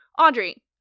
Audrey